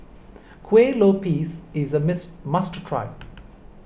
Kueh Lopes is a mist must try